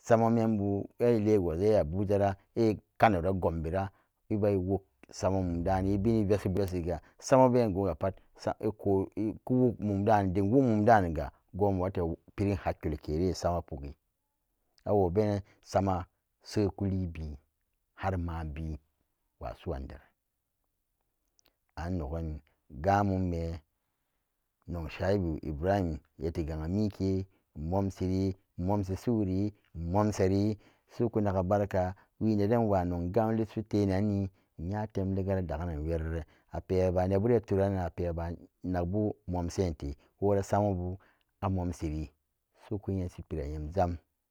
sama membu en-logos en-abuja ra en-kanora-gombera ebawog sama mum da'ani ebini vesi- vesiga sama beengo ga pat kuwug mum dacin dim wug-mum daniga go'on wote pirin hakkilokere soma puggi awobenan sama seyku liebien harma'an bien wa su'an deran anog'an gam mum me nog shu'aibu ibrahim nyeti gang'amike inmomsiri inmomsi su'uri inmomsari. su'uku naga borka wii neden nwa nog gam lishi tenani nya tem leggara daganan werere ape-aba neebuden turaranan ape ba nagbu momsente wora samabu a momsiri su'uku nyeshi pira nyam jam.